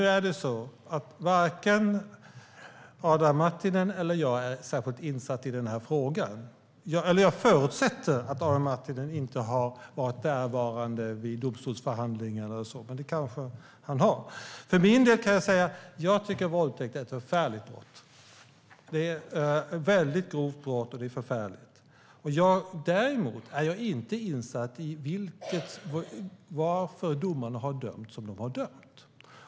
Herr talman! Jag förutsätter att Adam Marttinen inte var närvarande vid domstolsförhandlingarna, men det kanske han var. För egen del kan jag säga att jag tycker att våldtäkt är ett förfärligt och grovt brott. Jag är dock inte insatt i varför domarna har dömt som de har dömt.